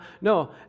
No